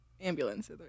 ambulance